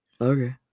Okay